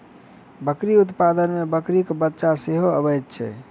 बकरी उत्पाद मे बकरीक बच्चा सेहो अबैत छै